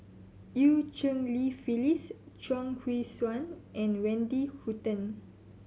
Eu Cheng Li Phyllis Chuang Hui Tsuan and Wendy Hutton